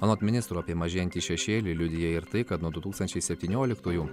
anot ministro apie mažėjantį šešėlį liudija ir tai kad nuo du tūkstančiai septynioliktųjų